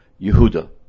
Yehuda